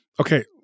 okay